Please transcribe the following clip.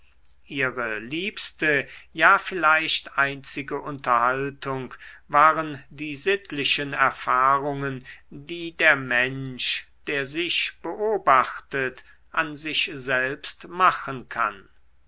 ihre liebste ja vielleicht einzige unterhaltung waren die sittlichen erfahrungen die der mensch der sich beobachtet an sich selbst machen kann